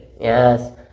yes